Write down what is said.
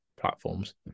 platforms